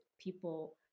people